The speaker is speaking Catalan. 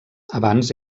abans